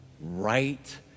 right